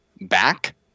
back